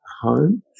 home